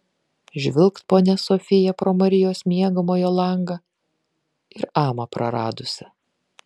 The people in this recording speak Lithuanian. žvilgt ponia sofija pro marijos miegamojo langą ir amą praradusi